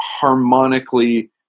harmonically